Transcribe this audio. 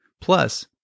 Plus